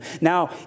Now